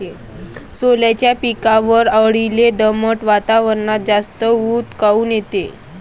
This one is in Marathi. सोल्याच्या पिकावरच्या अळीले दमट वातावरनात जास्त ऊत काऊन येते?